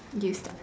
you start